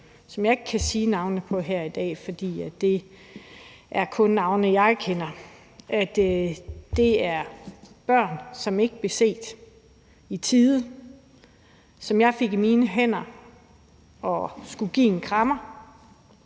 som jeg ikke kan sige navnene på her i dag, for det er navne, som kun jeg kender. Det er børn, som ikke blev set i tide. Dem fik jeg i mine hænder og skulle give en krammer,